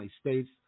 states